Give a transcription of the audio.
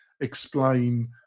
explain